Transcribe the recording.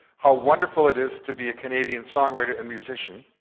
how wonderful it is to be a canadian songwriter and musician,